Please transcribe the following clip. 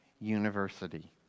university